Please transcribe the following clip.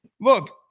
look